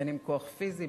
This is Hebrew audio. בין אם כוח פיזי,